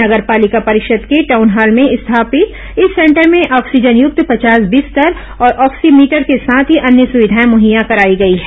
नगर पालिका परिषद के टाउनहॉल में स्थापित इस सेंटर में ऑक्सीजन युक्त पचास बिस्तर और ऑक्सीमीटर के साथ ही अन्य सुविधाएं मुहैया कराई गई है